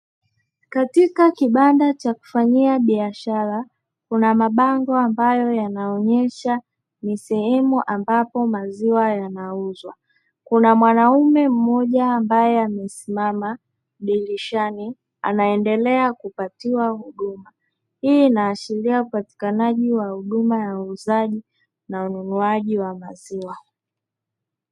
Katika kibanda cha kufanyia biashara kuna mabango ambayo yanaonyesha ni sehemu ambayo yanauzwa, kuna mwanaume mmoja ambaye amesimama dirishani anaendelea kupatiwa huduma. Hii inaashiria upatikanaji wa huduma ya uuzaji na ununuaji wa maziwa.